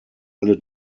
alle